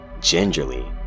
gingerly